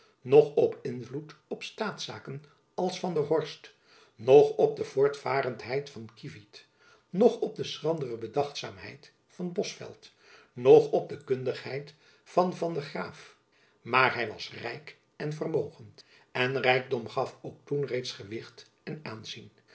noch op invloed op de staatszaken als van der horst noch op de voortvarendheid van kievit noch op de schrandere bedachtzaamheid van bosveldt noch op de kundigheid van van der graef maar hy was rijk en vermogend en rijkdom gaf ook toen reeds gewicht en aanzien